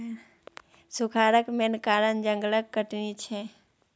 सुखारक मेन कारण जंगलक कटनी छै